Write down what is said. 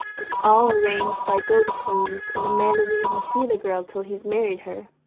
it's all arranged by go-betweens and the man doesn't even see the girl till he's married her.